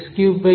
x36